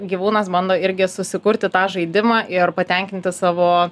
gyvūnas bando irgi susikurti tą žaidimą ir patenkinti savo